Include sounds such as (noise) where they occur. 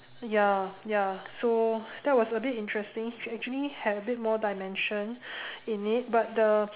ya ya so that was a bit interesting it actually have a bit more dimension (breath) in it but the